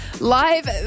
Live